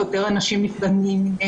יותר אנשים --- מנשק.